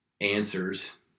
answers